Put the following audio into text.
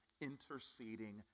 interceding